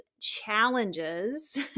challenges